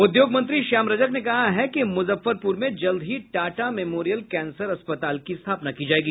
उद्योग मंत्री श्याम रजक नें कहा है कि मुजफ्फरपुर में जल्द ही टाटा मेमोरियल कैंसर अस्पताल की स्थापना की जाएगी